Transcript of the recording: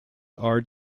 are